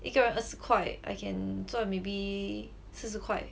一个人二十块 I can 赚 maybe 四十块